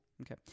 Okay